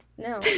No